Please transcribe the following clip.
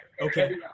Okay